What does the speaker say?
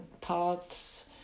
paths